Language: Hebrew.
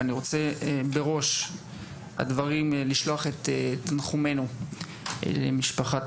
אני רוצה בראש הדברים לשלוח את תנחומינו למשפחת